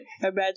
Imagine